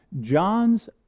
John's